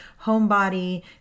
homebody